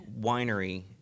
winery